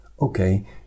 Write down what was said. Okay